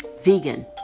vegan